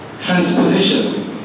transposition